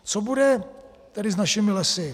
Co bude tedy s našimi lesy?